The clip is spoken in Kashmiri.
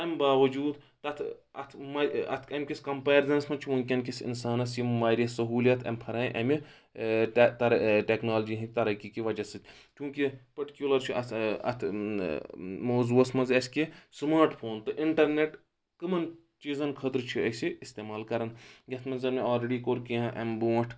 تَمہِ باوجوٗد تَتھ اَتھ اَتھ امہِ کِس کَمپیرزنَس منٛز چھُ وٕنکیٚن کِس اِنسانَس یِم واریاہ سہوٗلیت امہِ پھرٲے اَمہِ ٹیکنالجی ہٕنٛدۍ ترقی کہِ وجہ سۭتۍ چوٗنٛکہِ پٔٹِکیوٗلَر چھُ اتھ اتھ موضوٗوَس منٛز اسہِ کہِ سمارٹ فون تہٕ اِنٹرنیٹ کٕمَن چیٖزَن خٲطرٕ چھِ أسۍ یہِ استعمال کرن یتھ منٛز زَن مےٚ آلریڈی کوٚر کینٛہہ امہِ بونٛٹھ